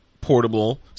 ...portable